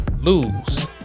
lose